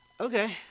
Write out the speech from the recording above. Okay